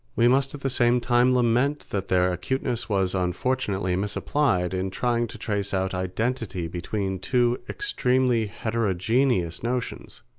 we must at the same time lament that their acuteness was unfortunately misapplied in trying to trace out identity between two extremely heterogeneous notions,